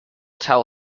tell